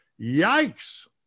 yikes